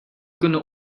kunnen